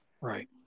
Right